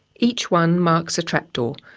each one marks a trapdoor,